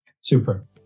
Super